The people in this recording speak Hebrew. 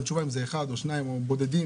תשובה אם זה אחד או שניים או בודדים,